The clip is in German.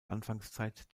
anfangszeit